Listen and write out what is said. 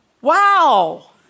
Wow